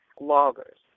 loggers